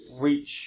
reach